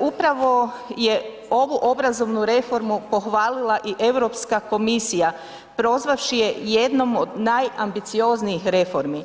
upravo je ovu obrazovnu reformu pohvalila i Europska komisija prozvavši je jednom od najambicioznijih reformi.